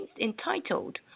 entitled